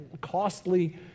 costly